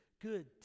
Good